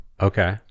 Okay